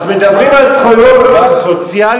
אז מדברים על זכויות סוציאליות?